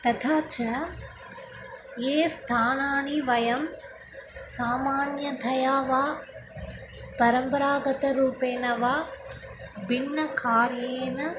तथा च ये स्थानानि वयं सामान्यतया वा परम्परागतरूपेण वा भिन्नकार्येण